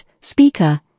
speaker